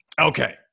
Okay